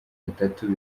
batatu